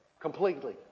completely